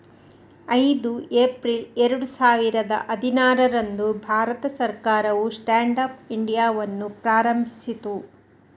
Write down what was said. ಐದು ಏಪ್ರಿಲ್ ಎರಡು ಸಾವಿರದ ಹದಿನಾರರಂದು ಭಾರತ ಸರ್ಕಾರವು ಸ್ಟ್ಯಾಂಡ್ ಅಪ್ ಇಂಡಿಯಾವನ್ನು ಪ್ರಾರಂಭಿಸಿತು